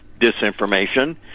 disinformation